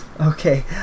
Okay